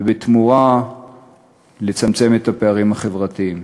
ובתמורה לצמצם את הפערים החברתיים.